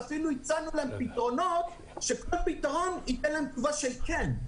ואפילו הצענו להם פתרונות שכל פתרון ייתן להם תשובה של כן.